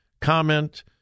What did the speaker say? comment